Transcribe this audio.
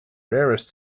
rarest